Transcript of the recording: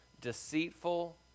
deceitful